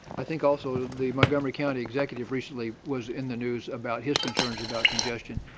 i think also the montgomery county executive recently was in the news about his concerns about congestion.